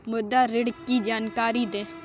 मुद्रा ऋण की जानकारी दें?